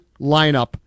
lineup